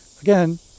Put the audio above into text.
Again